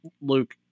Luke